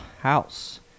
House